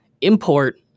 import